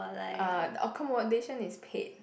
uh accommodation is paid